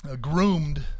groomed